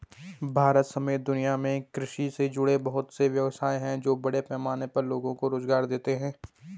भारत समेत दुनिया में कृषि से जुड़े बहुत से व्यवसाय हैं जो बड़े पैमाने पर लोगो को रोज़गार देते हैं